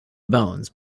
bones